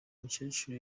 mukecuru